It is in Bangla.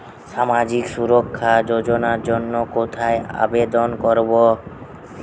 সামাজিক সুরক্ষা যোজনার জন্য কোথায় আবেদন করব?